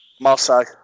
Marseille